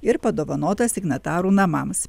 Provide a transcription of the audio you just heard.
ir padovanota signatarų namams